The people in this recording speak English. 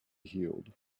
healed